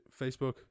Facebook